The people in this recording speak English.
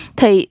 thì